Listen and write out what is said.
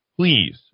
Please